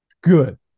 Good